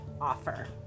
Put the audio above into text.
offer